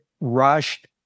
rushed